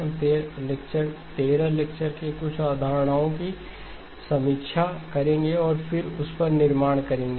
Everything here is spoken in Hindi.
हम 13 लेक्चर के कुछ अवधारणाओं की समीक्षा करेंगे और फिर उस पर निर्माण करेंगे